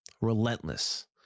Relentless